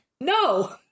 No